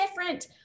different